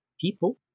people